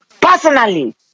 personally